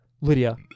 Lydia